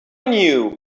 new